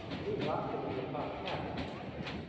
um really knocks them into a cocked hat in many ways.